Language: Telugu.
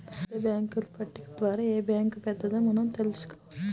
అతిపెద్ద బ్యేంకుల పట్టిక ద్వారా ఏ బ్యాంక్ పెద్దదో మనం తెలుసుకోవచ్చు